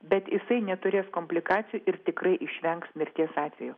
bet jisai neturės komplikacijų ir tikrai išvengs mirties atvejo